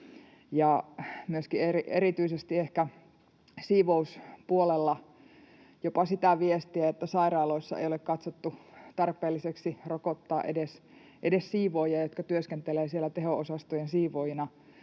erityisesti ehkä siivouspuolelta tulee jopa sitä viestiä, että sairaaloissa ei ole katsottu tarpeelliseksi rokottaa edes siivoojia, jotka työskentelevät siellä teho-osastojen siivoojina